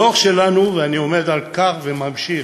הדוח שלנו, ואני עומד על כך וממשיך,